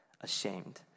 ashamed